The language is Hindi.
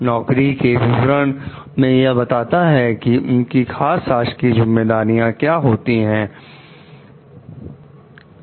नौकरी के विवरण में यह बताया होता है कि उनकी खास शासकीय जिम्मेदारियां क्या होंगी